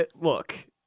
Look